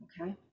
Okay